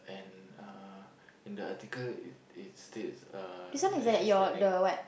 and uh in the article it it states uh that she's earning